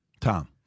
Tom